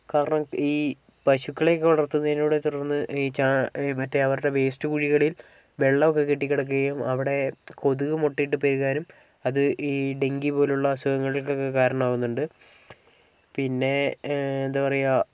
കാരണം ഈ പശുക്കളെയൊക്കെ വളർത്തുന്നതിനോട് തുടർന്ന് ഈ ഈ മറ്റേ അവരുടെ വേസ്റ്റ് കുഴികളിൽ വെള്ളമൊക്കെ കെട്ടിക്കിടക്കുകയും അവിടെ കൊതുക് മുട്ടയിട്ട് പെരുകാനും അത് ഈ ഡെങ്കിപോലുള്ള അസുഖങ്ങൾക്കൊക്കെ കാരണമാവുന്നുണ്ട് പിന്നെ എന്താ പറയുക